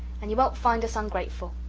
and you won't find us ungrateful.